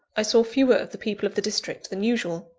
i saw fewer of the people of the district than usual.